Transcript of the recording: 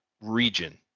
region